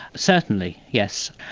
certainly, yes.